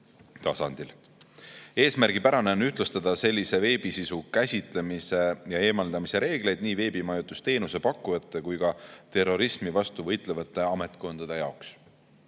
Eesmärgipärane on ühtlustada sellise veebisisu käsitlemise ja eemaldamise reegleid nii veebimajutusteenuse pakkujate kui ka terrorismi vastu võitlevate ametkondade jaoks.